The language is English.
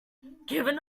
given